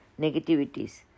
negativities